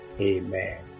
Amen